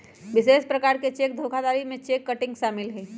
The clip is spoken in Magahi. विशेष प्रकार के चेक धोखाधड़ी में चेक किटिंग शामिल हइ